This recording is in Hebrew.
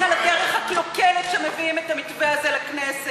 על הדרך הקלוקלת שבה מביאים את המתווה הזה לכנסת.